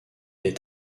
est